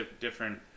different